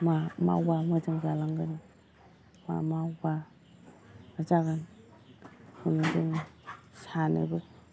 मा मावबा मोजां जालांगोन मा मावबा जागोन बेखौनो जोङो सानोबो